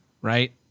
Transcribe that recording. right